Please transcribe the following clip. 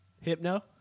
Hypno